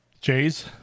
Jays